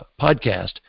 podcast